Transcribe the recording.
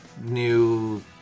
new